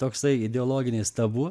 toksai ideologinis tabu